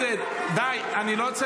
כדי למנוע את הרצח?